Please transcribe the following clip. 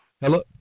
Hello